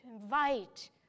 invite